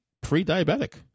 pre-diabetic